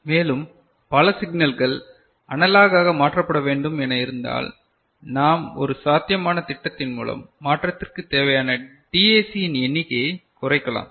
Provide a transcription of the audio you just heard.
மேலும் பல சிக்னல்கள் அனலாக் ஆக மாற்றப்பட வேண்டும் என இருந்தால் நாம் ஒரு சாத்தியமான திட்டத்தின் மூலம் மாற்றத்திற்குத் தேவையான டிஏசியின் எண்ணிக்கையைக் குறைக்கலாம்